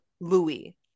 Louis